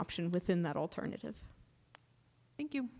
option within that alternative thank you